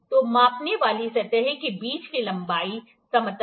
तो मापने वाली सतहों के बीच की लंबाई समतलता